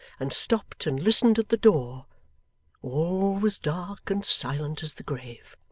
and stopped and listened at the door all was dark, and silent as the grave.